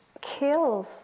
kills